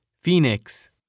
Phoenix